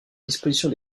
disposition